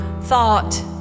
thought